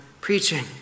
preaching